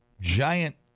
giant